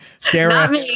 Sarah